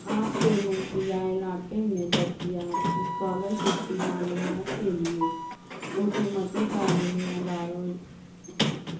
آپ کے ملک یا علاقے میں دستیاب اسکالرشپ کی معلومات کے لیے حکومتی تعلیمی اداروں